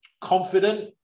confident